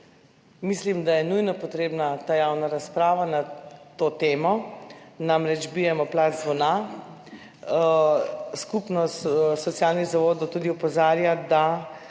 mislim, da je nujno potrebna javna razprava na to temo, namreč bijemo plat zvona. Skupnost socialnih zavodov tudi opozarja, da